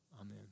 Amen